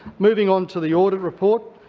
moving on to the audit report,